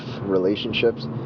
relationships